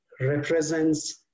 represents